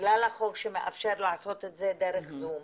בגלל החוק שמאפשר לעשות את זה דרך זום.